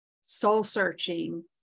soul-searching